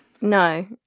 no